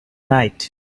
night